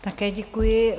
Také děkuji.